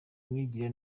myigire